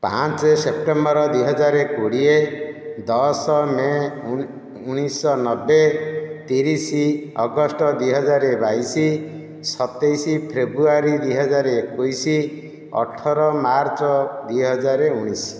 ପାଞ୍ଚ ସେପ୍ଟେମ୍ବର ଦୁଇ ହଜାର କୋଡ଼ିଏ ଦଶ ମେ ଉଣେଇଶ ନବେ ତିରିଶ ଅଗଷ୍ଟ ଦୁଇ ହଜାର ବାଇଶ ସତେଇଶ ଫେବୃଆରୀ ଦୁଇ ହଜାର ଏକୋଇଶ ଅଠର ମାର୍ଚ୍ଚ ଦୁଇ ହଜାର ଉଣେଇଶ